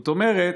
זאת אומרת,